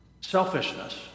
selfishness